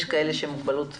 יש כאלה עם מוגבלות פיזית,